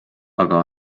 aga